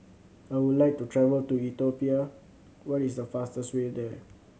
I would like to travel to Ethiopia what is the fastest way there